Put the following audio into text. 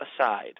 aside